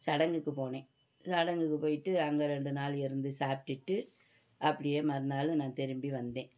சடங்குக்கு போனேன் சடங்குக்கு போய்விட்டு அங்கே ரெண்டு நாள் இருந்து சாப்பிட்டுட்டு அப்படியே மறுநாள் நான் திரும்பி வந்தேன்